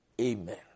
Amen